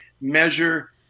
measure